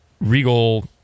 regal